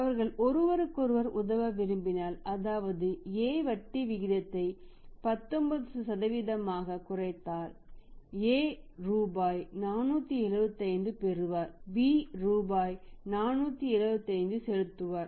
அவர்கள் ஒருவருக்கொருவர் உதவ விரும்பினால் அதாவது A வட்டி விகிதத்தை 19 ஆக குறைத்தால் A ரூபாய் 475 பெறுவார் B ரூபாய் 475 செலுத்துவார்